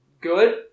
good